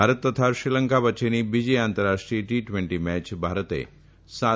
ભારત શ્રીલંકા વચ્ચેની બીજી આંતરરાષ્ટ્રીય ટી ટવેન્ટી મેચ ભારતે સાત